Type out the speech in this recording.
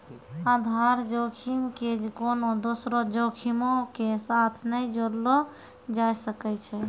आधार जोखिम के कोनो दोसरो जोखिमो के साथ नै जोड़लो जाय सकै छै